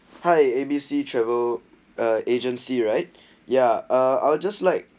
hi A B C travel agency right ya uh I'll just like